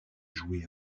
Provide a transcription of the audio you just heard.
jouets